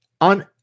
On